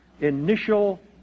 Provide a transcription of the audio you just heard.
initial